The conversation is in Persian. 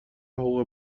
حقوق